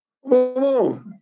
Whoa